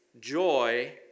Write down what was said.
joy